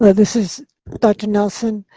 this is dr. nelson.